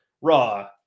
Raw